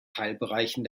teilbereichen